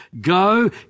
Go